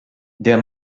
der